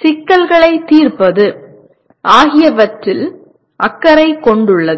சிக்கல்களைத் தீர்ப்பது ஆகியவற்றில் அக்கறை கொண்டுள்ளது